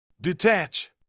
Detach